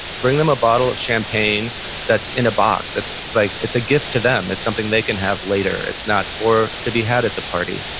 bring them a bottle of champagne that's in a box, it's like it's a gift to them, it's something they can have later it's not to be had at the party.